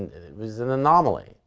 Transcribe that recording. it was an anomaly,